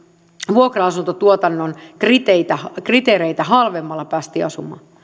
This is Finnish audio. vuokra asuntotuotannon kriteereitä kriteereitä halvemmalla päästiin asumaan